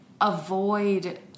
avoid